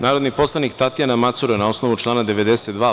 Narodni poslanik Tatjana Macura, na osnovu člana 92.